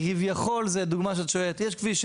כביכול הדוגמה שאת שואלת .יש כביש 6,